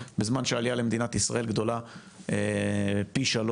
בזמן שהעלייה למדינת ישאל גדולה פי 3